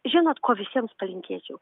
žinot ko visiems palinkėčiau